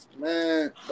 man